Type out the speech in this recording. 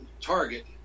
target